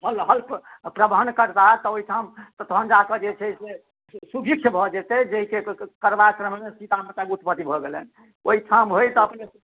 हल हल प्रवहन करताह तऽ ओहिठाम तऽ तखनि जा कऽ जे छै से शुभिच्छ भऽ जेतै जाहिके करबा कालमे सीता माताके उत्पत्ति भऽ गेलनि ओहिठाम होइत अपने